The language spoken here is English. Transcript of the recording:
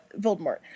Voldemort